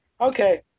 Okay